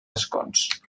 escons